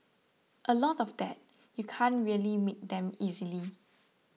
a lot of that you can't really make them easily